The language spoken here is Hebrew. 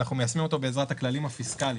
אנחנו מיישמים אותו בעזרת הכללים הפיסקליים.